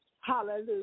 hallelujah